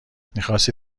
میخاستی